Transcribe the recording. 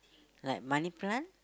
like money plant